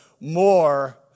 more